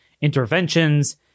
interventions